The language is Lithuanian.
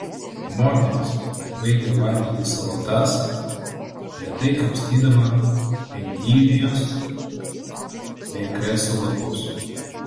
moteris baigė valgyti salotas lėtai kapstydama endivijos bei kreso lapus